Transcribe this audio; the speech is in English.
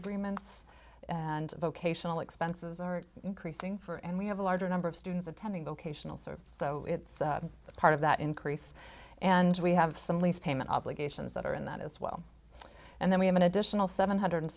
agreements and vocational expenses are increasing for and we have a larger number of students attending vocational so so it's part of that increase and we have some lease payment obligations that are in that as well and then we have an additional seven hundred